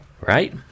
right